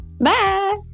Bye